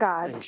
God